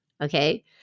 Okay